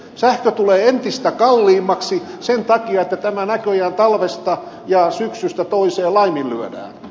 sähkö tulee entistä kalliimmaksi sen takia että tämä näköjään talvesta ja syksystä toiseen laiminlyödään